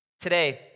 Today